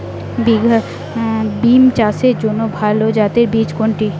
বিম চাষের জন্য ভালো জাতের বীজ কোনটি?